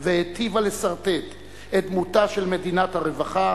והיטיבה לסרטט את דמותה של מדינת הרווחה,